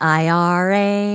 ira